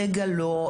רגע, לא.